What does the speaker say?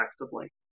effectively